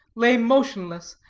lay motionless,